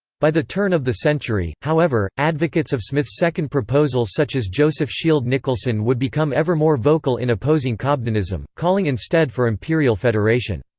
by the turn of the century, however, advocates of smith's second proposal such as joseph shield nicholson would become ever more vocal in opposing cobdenism, calling instead for imperial federation.